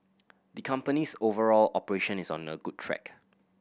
the company's overall operation is on a good track